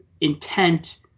intent